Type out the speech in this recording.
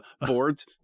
boards